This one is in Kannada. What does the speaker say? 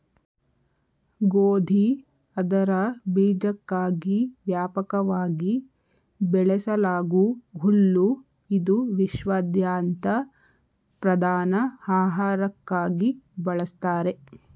ಗೋಧಿ ಅದರ ಬೀಜಕ್ಕಾಗಿ ವ್ಯಾಪಕವಾಗಿ ಬೆಳೆಸಲಾಗೂ ಹುಲ್ಲು ಇದು ವಿಶ್ವಾದ್ಯಂತ ಪ್ರಧಾನ ಆಹಾರಕ್ಕಾಗಿ ಬಳಸ್ತಾರೆ